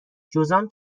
جذام